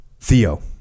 Theo